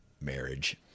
Marriage